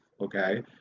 okay